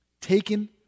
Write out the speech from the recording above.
taken